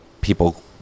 people